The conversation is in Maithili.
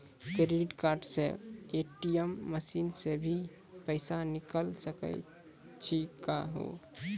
क्रेडिट कार्ड से ए.टी.एम मसीन से भी पैसा निकल सकै छि का हो?